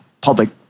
public